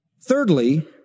Thirdly